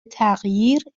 تغییر